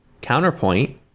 counterpoint